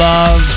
Love